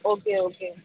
okay okay